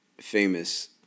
famous